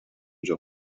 жок